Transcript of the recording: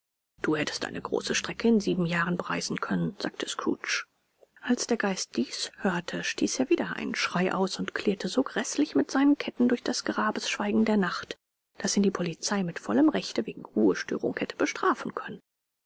du hättest eine große strecke in sieben jahren bereisen können sagte scrooge als der geist dies hörte stieß er wieder einen schrei aus und klirrte so gräßlich mit seiner kette durch das grabesschweigen der nacht daß ihn die polizei mit vollem rechte wegen ruhestörung hätte bestrafen können